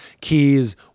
Keys